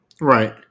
Right